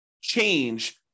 change